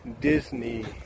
Disney